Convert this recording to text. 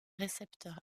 récepteurs